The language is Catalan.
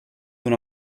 una